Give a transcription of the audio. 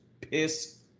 piss